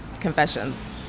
confessions